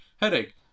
headache